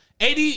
AD